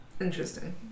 Interesting